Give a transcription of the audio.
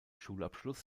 schulabschluss